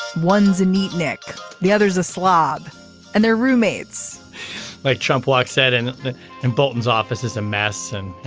one's a neat neck the other's a slob and they're roommates like trump like said in the in bolton's office is a mess and